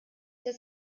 das